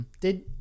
Did-